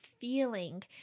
feeling